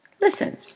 Listen